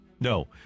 no